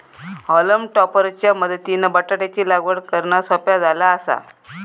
हॉलम topper च्या मदतीनं बटाटयाची लागवड करना सोप्या झाला आसा